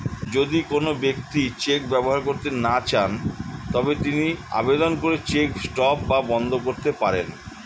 যদি কোন ব্যক্তি চেক ব্যবহার করতে না চান তবে তিনি আবেদন করে চেক স্টপ বা বন্ধ করতে পারেন